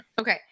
Okay